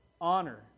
honor